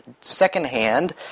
secondhand